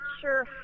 sure